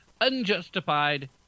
unjustified